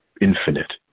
infinite